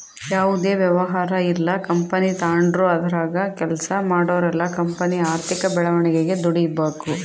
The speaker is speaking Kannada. ಯಾವುದೇ ವ್ಯವಹಾರ ಇಲ್ಲ ಕಂಪನಿ ತಾಂಡ್ರು ಅದರಾಗ ಕೆಲ್ಸ ಮಾಡೋರೆಲ್ಲ ಕಂಪನಿಯ ಆರ್ಥಿಕ ಬೆಳವಣಿಗೆಗೆ ದುಡಿಬಕು